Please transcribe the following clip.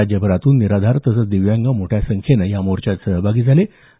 राज्यभरातून निराधार तसंच दिव्यांग मोठ्या संख्येनं या मोर्चात सहभागी झाले होते